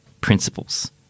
principles